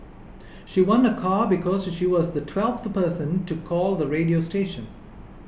she won a car because she was the twelfth person to call the radio station